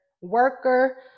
worker